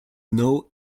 now